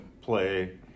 play